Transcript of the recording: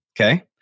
Okay